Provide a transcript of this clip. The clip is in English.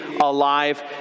alive